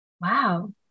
wow